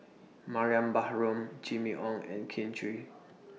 Mariam Baharom Jimmy Ong and Kin Chui